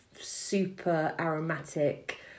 super-aromatic